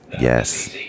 Yes